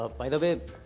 ah by the way,